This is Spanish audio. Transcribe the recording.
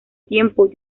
tiempo